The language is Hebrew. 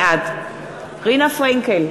בעד רינה פרנקל,